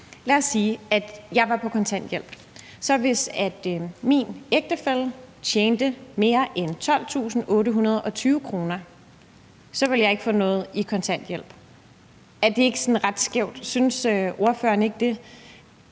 Lad os sige, at jeg var på kontanthjælp og min ægtefælle tjente mere end 12.820 kr.; så ville jeg ikke få noget i kontanthjælp. Er det ikke sådan ret skævt – synes ordføreren ikke det?